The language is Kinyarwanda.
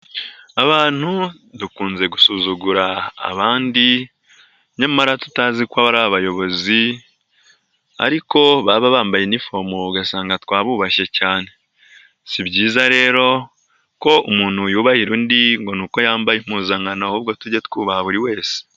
Abantu dukunze gusuzugura abandi nyamara tutazi ko ari abayobozi, ariko baba bambaye inifomu ugasanga twabubashye cyane. Si byiza rero ko umuntu yubahira undi ngo ni uko yambaye impuzankano ahubwo tujye twubaha buri wese.